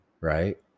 right